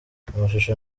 amashusho